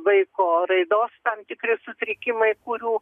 vaiko raidos tam tikri sutrikimai kurių